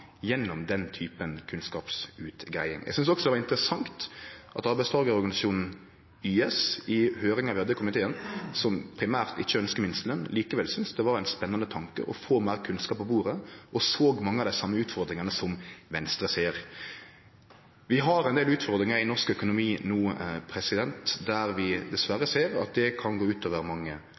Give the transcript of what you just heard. gjennom den typen kunnskapsutgreiing. Eg syntest også det var interessant at arbeidstakarorganisasjonen YS i høyringa vi hadde i komiteen, sjølv om dei primært ikkje ønskjer minsteløn, likevel syntes det var ein spennande tanke å få meir kunnskap på bordet og såg mange av dei same utfordringane som Venstre ser. Vi har ein del utfordringar i norsk økonomi no, der vi dessverre ser at det kan gå ut over mange